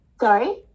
Sorry